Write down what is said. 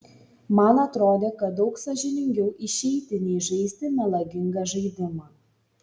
man atrodė kad daug sąžiningiau išeiti nei žaisti melagingą žaidimą